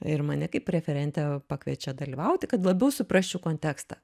ir mane kaip referentę pakviečia dalyvauti kad labiau suprasčiau kontekstą